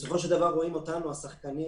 בסופו של דבר רואים אותנו השחקנים,